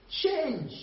change